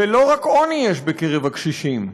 ולא רק עוני יש בקרב הקשישים.